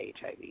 HIV